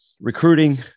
recruiting